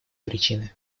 причины